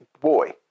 boy